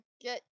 get